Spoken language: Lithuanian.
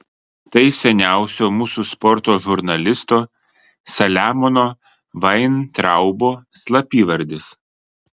tai seniausio mūsų sporto žurnalisto saliamono vaintraubo slapyvardis